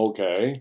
Okay